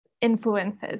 influences